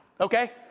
okay